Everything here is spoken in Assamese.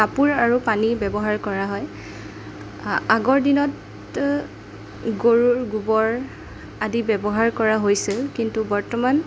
কাপোৰ আৰু পানী ব্যৱহাৰ কৰা হয় আগৰ দিনত গৰুৰ গোবৰ আদি ব্যৱহাৰ কৰা হৈছিল কিন্তু বৰ্তমান